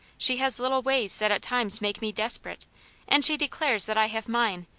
she has little ways that at times make me desperate and she declares that i have mine,